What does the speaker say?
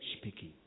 speaking